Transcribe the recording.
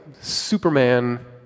Superman